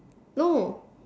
no